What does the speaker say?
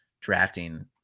drafting